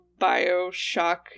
Bioshock